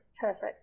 Perfect